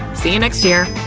see you next year!